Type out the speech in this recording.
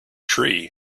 tree